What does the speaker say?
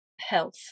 health